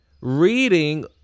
reading